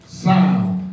sound